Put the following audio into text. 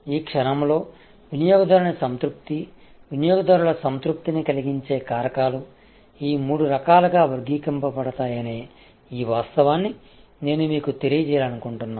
ఈ క్షణంలోవినియోగదారుని సంతృప్తి వినియోగదారుల సంతృప్తిని కలిగించే కారకాలు ఈ మూడు రకాలుగా వర్గీకరించబడతాయనే ఈ వాస్తవాన్ని నేను మీకు తెలియజేయాలనుకుంటున్నాను